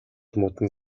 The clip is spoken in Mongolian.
модон